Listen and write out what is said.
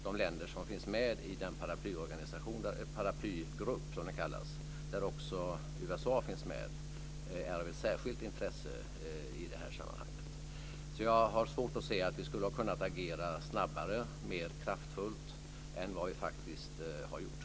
De länder som finns med i den paraplygrupp, där också USA finns med, är av särskilt intresse i det här sammanhanget. Jag har svårt att se att vi skulle ha kunnat agera snabbare och mer kraftfullt än vad vi faktiskt har gjort.